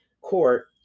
court